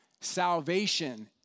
salvation